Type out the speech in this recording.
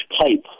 pipe